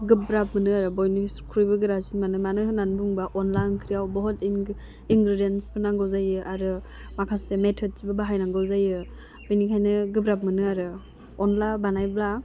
गोब्राब मोनो आरो बयनिसख्रुइबो गोरासिन माने मानो होननानै बुंबा अनला ओंख्रियाव बुहुत इंग इंग्रोरेन्सबो नांगौ जायो आरो माखासे मेथद्सबो बाहायनांगौ जायो बिनिखायनो गोब्राब मोनो आरो अनला बानायब्ला